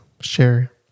share